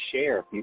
share